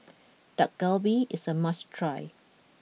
Dak Galbi is a must try